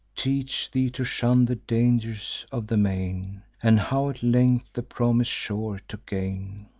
teach thee to shun the dangers of the main, and how at length the promis'd shore to gain.